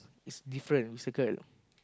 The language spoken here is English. is different we circle